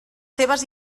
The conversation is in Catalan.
seves